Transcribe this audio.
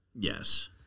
Yes